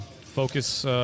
Focus